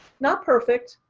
not perfect,